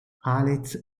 alex